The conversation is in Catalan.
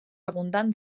abundant